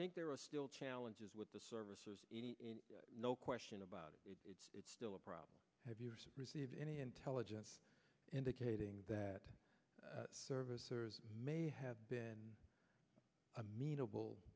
think there are still challenges with the services no question about it it's still a problem have you received any intelligence indicating that servicers may have been amenable